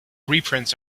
reprints